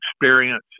experience